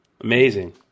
Amazing